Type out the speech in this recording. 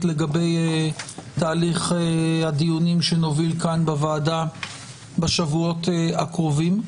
לגבי תהליך הדיונים שנוביל כאן בוועדה בשבועות הקרובים,